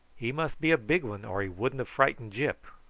he must be a big one or he wouldn't have frightened gyp,